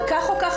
אבל כך או כך,